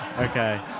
Okay